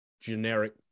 generic